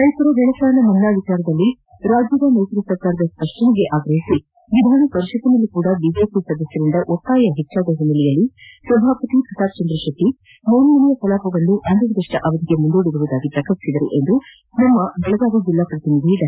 ರೈತರ ಬೆಳೆ ಸಾಲ ಮನ್ನಾ ವಿಚಾರದಲ್ಲಿ ರಾಜ್ಯ ಮೈತ್ರಿ ಸರ್ಕಾರದ ಸ್ಪಷ್ಟನೆಗೆ ಆಗ್ರಹಿಸಿ ವಿಧಾನಪರಿಷತ್ತಿನಲ್ಲೂ ಕೂಡ ಬಿಜೆಪಿ ಸದಸ್ಯರಿಂದ ಒತ್ತಾಯ ಹೆಚ್ಚಾದ ಹಿನ್ನೆಲೆಯಲ್ಲಿ ಸಭಾಪತಿ ಪ್ರತಾಪ್ ಚಂದ್ರ ಶೆಟ್ಟಿ ಮೇಲ್ಮನೆಯ ಕಲಾಪವನ್ನು ಅನಿರ್ದಿಷ್ಟ ಅವಧಿಗೆ ಮುಂದೂಡಿರುವುದಾಗಿ ಪ್ರಕಟಿಸಿದರು ಎಂದು ನಮ್ಮ ಬೆಳಗಾವಿ ಜಿಲ್ಲಾ ಪ್ರತಿನಿಧಿ ಡಾ